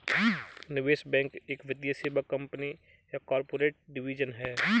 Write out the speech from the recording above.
निवेश बैंक एक वित्तीय सेवा कंपनी या कॉर्पोरेट डिवीजन है